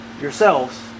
yourselves